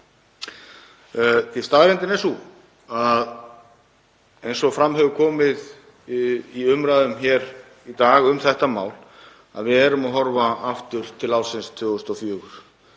Staðreyndin er sú, eins og fram hefur komið í umræðum hér í dag um þetta mál, að við erum að horfa aftur til ársins 2004